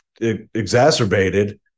exacerbated